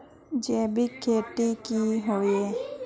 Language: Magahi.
जैविक खेती की होय?